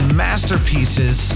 masterpieces